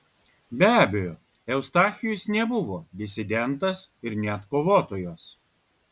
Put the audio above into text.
be abejo eustachijus nebuvo disidentas ir net kovotojas